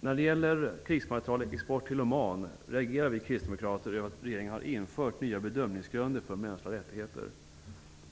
När det gäller krigsmaterielexport till Oman reagerar vi kristdemokrater över att regeringen infört nya bedömningsgrunder för mänskliga rättigheter.